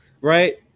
right